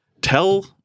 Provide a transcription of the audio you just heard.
Tell